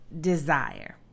desire